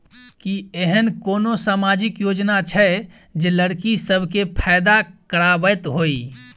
की एहेन कोनो सामाजिक योजना छै जे लड़की सब केँ फैदा कराबैत होइ?